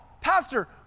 pastor